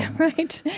right.